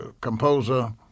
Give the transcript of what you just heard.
composer